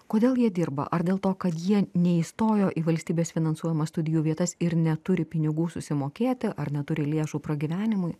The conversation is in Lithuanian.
kodėl jie dirba ar dėl to kad jie neįstojo į valstybės finansuojamas studijų vietas ir neturi pinigų susimokėti ar neturi lėšų pragyvenimui